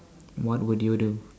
what would you do